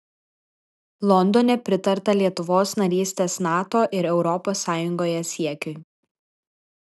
londone pritarta lietuvos narystės nato ir europos sąjungoje siekiui